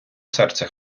серце